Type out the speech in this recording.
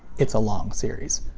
it's a long series.